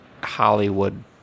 Hollywood